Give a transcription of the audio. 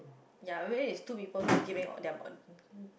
ya where is two people to giving on their on